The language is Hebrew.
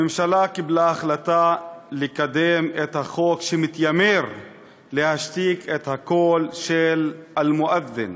הממשלה קיבלה החלטה לקדם את החוק שמתיימר להשתיק את הקול של אל-מואזין,